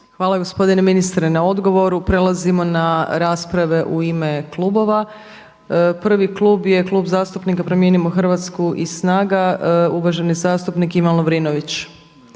Hvala gospodine ministre na odgovoru. Prelazimo na rasprave u ime klubova. Prvi klub je Klub zastupnika Promijenimo Hrvatsku i SNAGA uvaženi zastupnik Ivan Lovrinović.